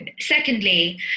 secondly